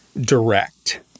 direct